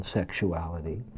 sexuality